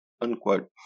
unquote